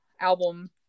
album